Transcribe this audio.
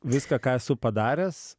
viską ką esu padaręs